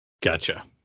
gotcha